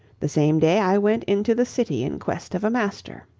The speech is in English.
the same day i went into the city in quest of a master.